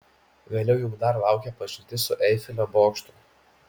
vėliau juk dar laukia pažintis su eifelio bokštu